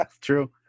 true